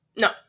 No